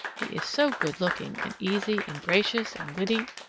he is so good looking and easy and gracious and witty,